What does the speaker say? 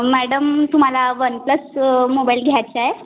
madam तुम्हाला OnePlus mobile घ्यायचा आहे